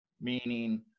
meaning